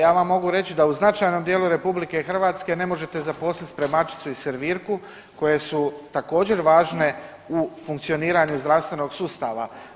Ja vam mogu reći da u značajnom dijelu RH ne možete zaposliti spremačicu i servirku koje su također, važne u funkcioniranju zdravstvenog sustava.